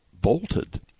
bolted